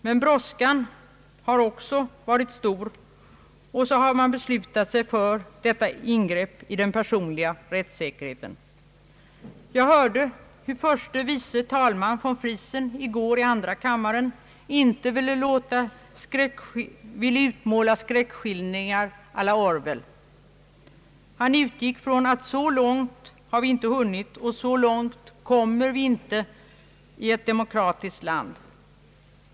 Men brådskan har också varit stor, och så har man beslutat sig för detta ingrepp i den personliga rättssäkerheten. Jag hörde hur förste vice talman von Friesen i går i andra kammaren inte ville göra en skräckskildring å la Orwell. Han utgick från att så långt har vi inte hunnit och så långt kommer vi inte i ett demokratiskt land.